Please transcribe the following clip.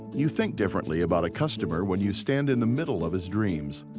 you think differently about a customer when you stand in the middle of his dreams.